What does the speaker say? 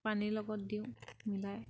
পানীৰ লগত দিওঁ মিলাই